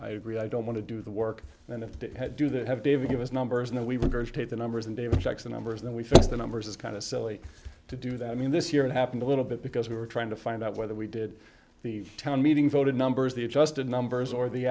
said i don't want to do the work and if they had do that have david give us numbers now we regurgitate the numbers and david jackson numbers then we fix the numbers it's kind of silly to do that i mean this year it happened a little bit because we were trying to find out whether we did the town meeting voted numbers the adjusted numbers or the